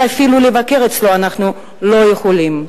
ואפילו לבקר אצלו אנחנו לא יכולים,